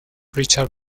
richard